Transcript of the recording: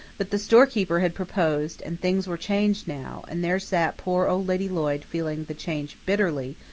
but the storekeeper had proposed, and things were changed now and there sat poor old lady lloyd, feeling the change bitterly,